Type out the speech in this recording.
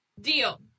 deal